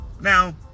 Now